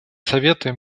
советы